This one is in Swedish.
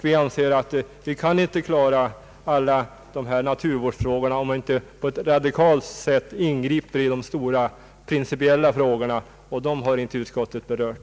Vi anser att vi inte kan klara alla naturvårdsfrågor, om vi inte på ett radikalt sätt ingriper i de stora principiella frågorna, och dem har inte utskottet berört.